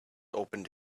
opened